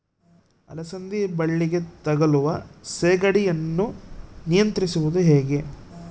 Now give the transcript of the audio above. ಅಲಸಂದಿ ಬಳ್ಳಿಗೆ ತಗುಲುವ ಸೇಗಡಿ ಯನ್ನು ನಿಯಂತ್ರಿಸುವುದು ಹೇಗೆ?